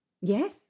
Yes